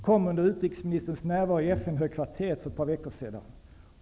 kom under utrikesministerns närvaro i FN-högkvarteret för ett par veckor sedan.